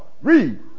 Read